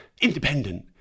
independent